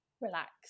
relax